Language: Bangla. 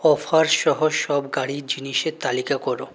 অফার সহ সব গাড়ির জিনিসের তালিকা করো